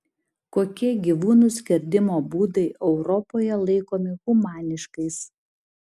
kokie gyvūnų skerdimo būdai europoje laikomi humaniškais